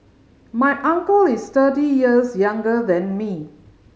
my uncle is thirty years younger than me